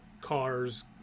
cars